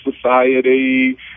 Society